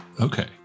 Okay